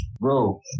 bro